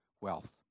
wealth